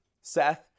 Seth